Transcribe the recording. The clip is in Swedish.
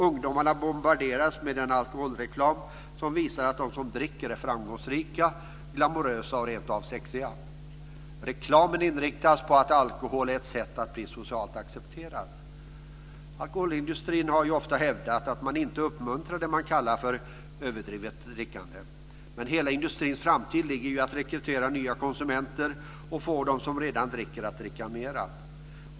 Ungdomarna bombarderas med en alkoholreklam som visar att de som dricker är framgångsrika, glamourösa och rentav sexiga. Reklamen inriktas på att alkohol är ett sätt att bli socialt accepterad. Alkoholindustrin har ofta hävdat att man inte uppmuntrar det man kallar för överdrivet drickande. Men hela industrins framtid ligger ju i att rekrytera nya konsumenter och få dem som redan dricker att dricka mer.